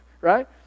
Right